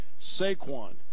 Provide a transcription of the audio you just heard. Saquon